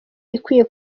ikwiye